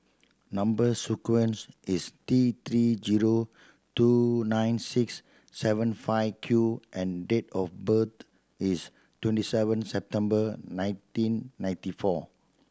number sequence is T Three zero two nine six seven five Q and date of birth is twenty seven September nineteen ninety four